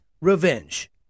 Revenge